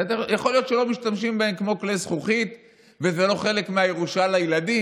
יכול להיות שלא משתמשים בהם כמו כלי זכוכית וזה לא חלק מהירושה לילדים,